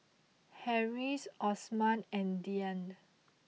Harris Osman and Dian